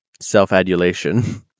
self-adulation